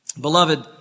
Beloved